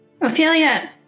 Ophelia